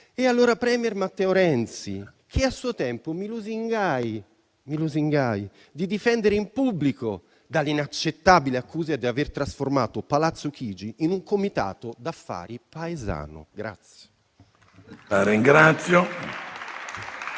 e allora *premier* Matteo Renzi, che a suo tempo mi lusingai di difendere in pubblico dall'inaccettabile accusa di aver trasformato Palazzo Chigi in un comitato d'affari paesano.